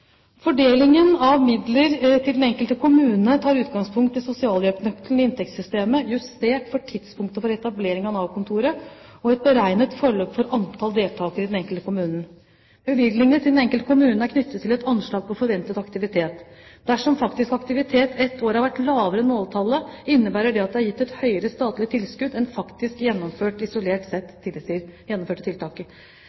Fordelingen av midler til den enkelte kommune tar utgangspunkt i sosialhjelpsnøkkelen i inntektssystemet, justert for tidspunktet for etablering av Nav-kontoret og et beregnet forløp for antall deltakere i den enkelte kommune. Bevilgningen til den enkelte kommune er knyttet til et anslag på forventet aktivitet. Dersom faktisk aktivitet et år har vært lavere enn måltallet, innebærer det at det er gitt et høyere statlig tilskudd enn faktisk gjennomføring isolert sett